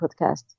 podcast